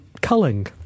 culling